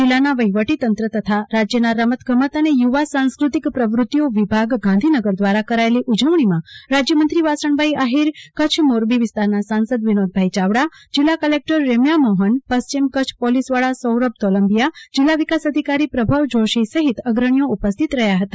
જિલ્લા વહીવટી તંત્ર તથા રાજયના રમત ગમત અને યુવા સાંસ્કૃતિક પ્રવ્રતિઓ વિભાગ ગાંધીનગર દવારા કરાયેલી ઉજવણીમાં રાજયમંત્રી વાસણભાઈ આહીર કચ્છ મોરબી વિસ્તારના સાંસદ વિનોદભાઈ ચાવડા જિલ્લા કલેકટર રેમ્યા મોહન પશ્ચિમ કચ્છ પોલીસ વડા સૌરભ તોલંબીયા જિલ્લા વિકાસ અધિકારી પ્રભવ જોશી સહિત અગ્રણીઓ ઉપસ્થિત રહયા હતા